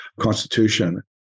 constitution